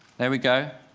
there we go.